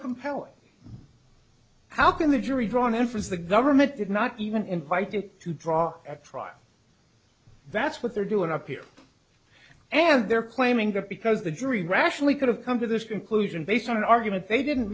compelling how can the jury draw an inference the government did not even invited to draw at trial that's what they're doing up here and they're claiming that because the jury rationally could have come to this conclusion based on an argument they didn't